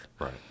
Right